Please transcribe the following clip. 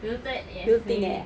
wilted yes for real